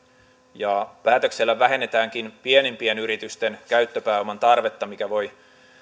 ja päätöksellä vähennetäänkin pienimpien yritysten käyttöpääoman tarvetta mikä voi